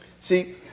See